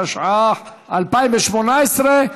התשע"ח 2018,